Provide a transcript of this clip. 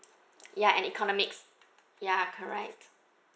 ya and economics ya correct